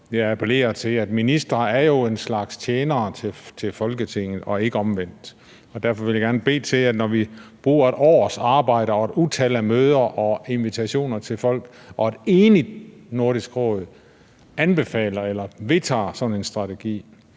med det? Ministre er jo en slags tjenere for Folketinget, og ikke omvendt, og derfor vil jeg gerne appellere til ministeren, for når vi bruger et års arbejde på det og har et utal af møder og sender invitationer til folk og et enigt Nordisk Råd anbefaler eller vedtager sådan en strategi,